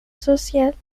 social